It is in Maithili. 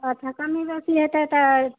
अच्छा कमी बेसी होयतै तऽ